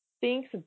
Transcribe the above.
thinks